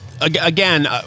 again